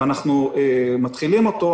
ואנחנו מתחילים אותו,